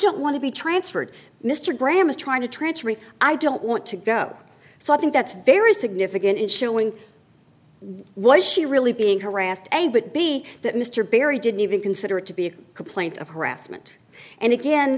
don't want to be transferred mr graham is trying to transfer me i don't want to go so i think that's very significant in showing why is she really being harassed a bit be that mr berry didn't even consider it to be a complaint of harassment and again